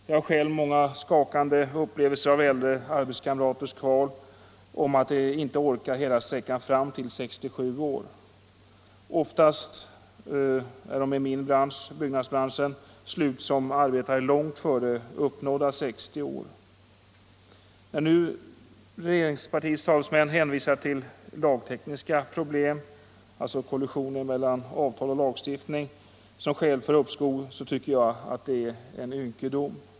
Jag har själv många skakande upplevelser av äldre arbetskamraters kval inför tanken att inte orka hela sträckan fram till 67 år. Oftast är de i min bransch — byggnadsbranschen — slut som yrkesverksamma långt före uppnådda 60 år. När nu regeringspartiets talesmän hänvisar till lagtekniska problem —- kollisionen mellan avtal och lagstiftning — som skäl för uppskov tycker jag att det är ynkedom.